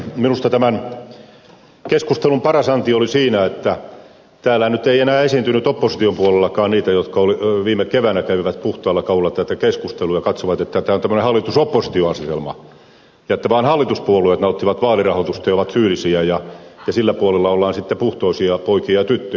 minusta tämän keskustelun paras anti oli siinä että täällä nyt ei enää esiintynyt opposition puolellakaan niitä jotka viime keväänä kävivät puhtaalla kaulalla tätä keskustelua ja katsoivat että tämä on tämmöinen hallitusoppositio asetelma ja että vaan hallituspuolueet nauttivat vaalirahoitusta ja ovat syyllisiä ja sillä puolella ollaan sitten puhtoisia poikia ja tyttöjä